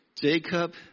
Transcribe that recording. Jacob